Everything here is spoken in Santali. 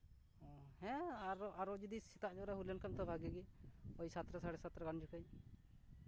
ᱚ ᱦᱮᱸ ᱟᱨᱚ ᱡᱩᱫᱤ ᱥᱮᱛᱟᱜ ᱧᱚᱜ ᱨᱮ ᱦᱩᱭ ᱞᱮᱱᱠᱷᱟᱱ ᱛᱚ ᱵᱷᱟᱜᱮ ᱜᱮ ᱳᱭ ᱥᱟᱛᱴᱟ ᱥᱟᱲᱮ ᱥᱟᱛᱴᱟ ᱡᱚᱠᱷᱚᱡ